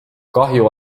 kahju